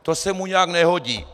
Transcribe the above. To se mu nějak nehodí.